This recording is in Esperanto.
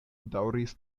daŭris